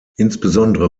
insbesondere